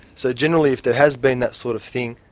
so generally, if there has been that sort of thing,